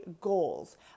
goals